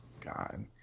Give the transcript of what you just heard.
God